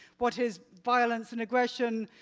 what is violence and aggression,